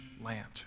land